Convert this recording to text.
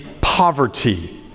poverty